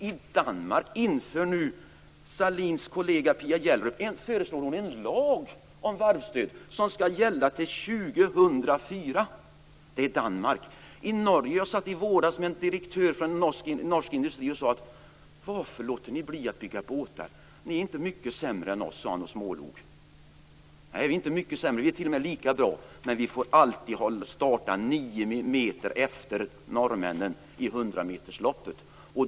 I Danmark föreslår nu Mona Sahlins kollega Pia Gjellerup en lag om varvsstöd som skall gälla till år 2004. Det är i Danmark. I våras frågade en direktör från en norsk industri som jag satt och talade med: Varför låter ni bli att bygga båtar? Ni är ju inte mycket sämre än vi. Detta sade han och smålog. Nej, vi är inte mycket sämre. Vi är t.o.m. lika bra men vi får alltid starta nio meter efter norrmännen i hundrametersloppet.